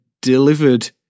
delivered